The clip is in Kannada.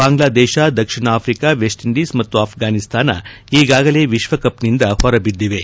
ಬಾಂಗ್ಲಾದೇಶ ದಕ್ಷಿಣ ಆಫ್ರಿಕಾ ವೆಸ್ಟ್ ಇಂಡೀಸ್ ಮತ್ತು ಅಫ್ರಾನಿಸ್ತಾನ ಈಗಾಗಲೇ ವಿಶ್ವಕಪ್ನಿಂದ ಹೊರಬಿದ್ದಿವೆ